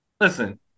listen